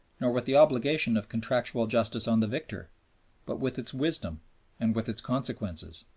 nor with the obligation of contractual justice on the victor but with its wisdom and with its consequences.